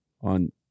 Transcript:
on